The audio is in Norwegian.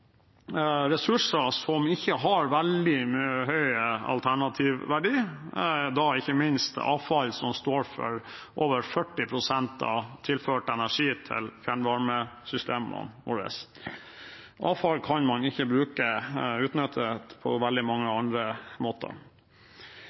ressurser som ikke har veldig høy alternativ verdi, ikke minst avfall, som står for over 40 pst. av tilført energi til fjernvarmesystemene våre. Avfall kan man ikke utnytte på veldig mange andre måter.